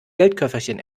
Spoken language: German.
geldköfferchen